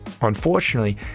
Unfortunately